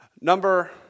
Number